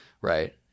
Right